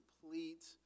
complete